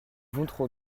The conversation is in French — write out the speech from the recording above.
voterons